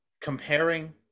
Comparing